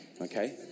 okay